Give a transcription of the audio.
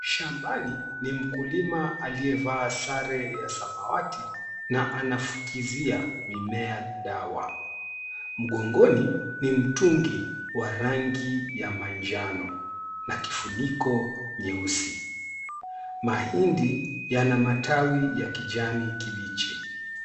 Shambani ni mkulima aliyevaa sare ya samawati na anafukizia mimea dawa. Mgongoni ni mtungi wa rangi nya manjano na kifuniko nyeusi. Mahindi yana matawi ya kijani kibichi.